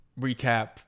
recap